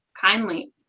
kindly